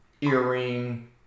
earring